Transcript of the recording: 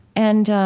and